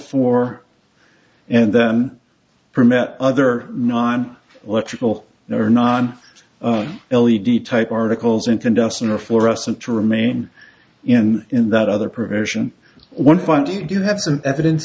for and then permit other non electrical or non l e d type articles incandescent or fluorescent to remain in in that other provision one fine do you have some evidence